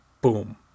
boom